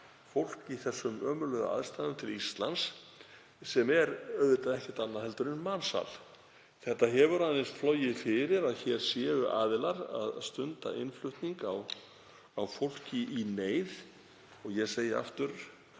fólk í þessum ömurlegu aðstæðum til Íslands, sem er auðvitað ekkert annað en mansal. Það hefur aðeins flogið fyrir að hér séu aðilar að stunda innflutning á fólki í neyð. Ég segi aftur,